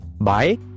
Bye